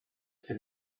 for